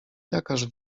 jakaż